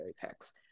picks